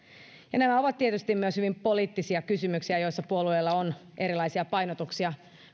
nämä ovat tietysti myös hyvin poliittisia kysymyksiä joissa puolueilla on erilaisia painotuksia